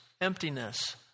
emptiness